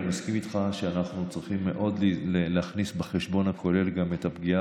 אני מסכים איתך שאנחנו צריכים מאוד להכניס בחשבון הכולל גם את הפגיעה